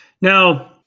Now